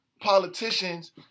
politicians